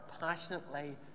passionately